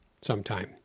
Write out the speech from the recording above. sometime